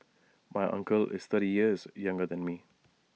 my uncle is thirty years younger than me